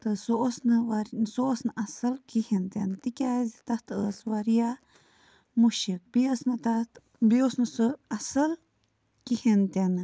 تہٕ سُہ اوس نہٕ ور سُہ اوس نہٕ اَصٕل کِہیٖنۍ تہِ نہٕ تِکیٛازِ تَتھ ٲس واریاہ مُشِک بیٚیہِ ٲس نہٕ تَتھ بیٚیہِ اوس نہٕ سُہ اَصٕل کِہیٖنۍ تہِ نہٕ